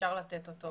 ואפשר לתת אותו